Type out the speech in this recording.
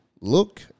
look